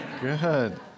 Good